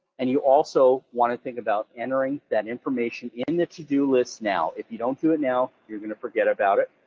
and you also want to think about entering that information in the to do list now. if you don't do it now, you're going to forget about it,